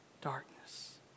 darkness